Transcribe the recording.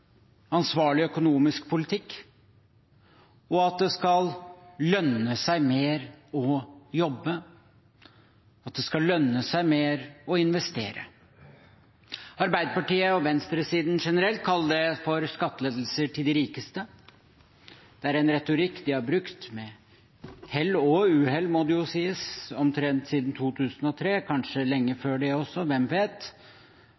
ansvarlig økonomisk politikk, at det skal lønne seg mer å jobbe, og at det skal lønne seg mer å investere. Arbeiderpartiet og venstresiden generelt kaller det for skattelettelser til de rikeste. Det er en retorikk de har brukt – med hell og uhell, må det jo sies – omtrent siden 2003, kanskje lenge